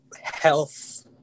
health